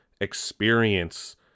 experience